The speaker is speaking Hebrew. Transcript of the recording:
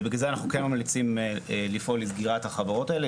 ובגלל זה אנחנו כן ממליצים לפעול לסגירת החברות האלה.